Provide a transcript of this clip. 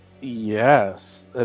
Yes